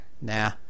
Nah